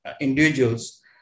individuals